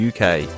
uk